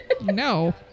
No